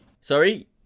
sorry